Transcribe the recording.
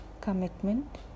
commitment